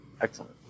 Excellent